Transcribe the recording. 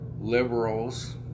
liberals